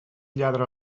lladra